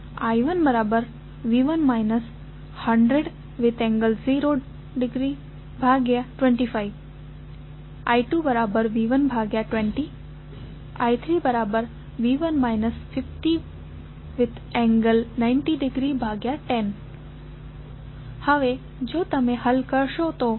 I1V1 100∠0°25 I2V120 I3V1 50∠90°10 હવે જો તમે હલ કરો તો તમને શું મળશે